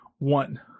One